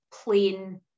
plain